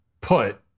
put